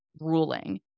ruling